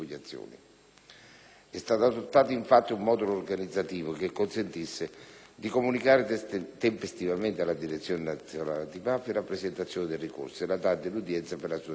È stato adottato, infatti, un modulo organizzativo che consentisse di comunicare tempestivamente alla Direzione nazionale antimafia la presentazione del ricorso e la data dell'udienza per la sua discussione.